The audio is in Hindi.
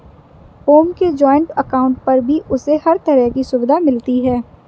ओम के जॉइन्ट अकाउंट पर भी उसे हर तरह की सुविधा मिलती है